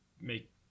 make